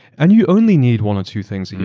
and you only need one of two things here.